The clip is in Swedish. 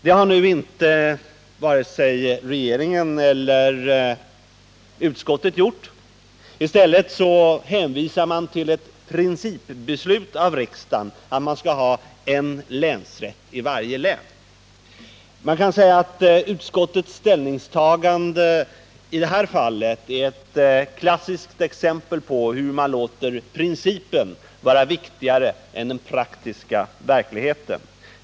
Det har nu inte vare sig regeringen eller utskottet gjort. I stället hänvisar man till ett principbeslut i frågan — en länsrätt i varje län. Man kan säga att utskottets ställningstagande i detta fall är ett klassiskt exempel på hur man låter principen vara viktigare än den praktiska verkligheten.